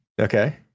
Okay